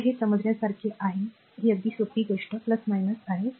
तर हे समजण्यासारखे आहे ही अगदी सोपी गोष्ट आहे आहे